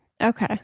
okay